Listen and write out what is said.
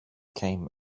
came